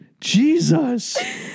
Jesus